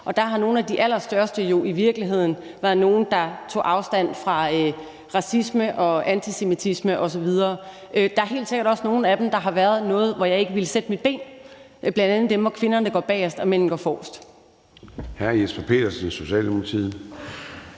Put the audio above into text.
Og der har nogle af de allerstørste jo i virkeligheden været nogle, der tog afstand fra racisme og antisemitisme osv. Der er helt sikkert også nogle af dem, der har været sådan, at jeg ikke ville sætte mine ben der, bl.a. dem, hvor kvinderne går bagerst og mændene går forrest.